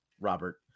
robert